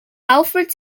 alfred